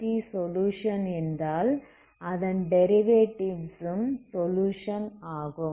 uxt solution என்றால் அதன் derivatives ம் சொலுயுஷன் ஆகும்